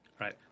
right